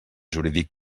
jurídic